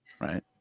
right